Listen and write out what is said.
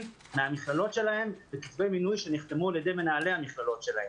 מהמכללות שלהם וכתבי מינוי שנחתמו על-ידי מנהלי המכללות שלהם.